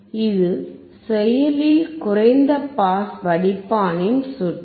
இது செயலில் குறைந்த பாஸ் வடிப்பானின் சுற்று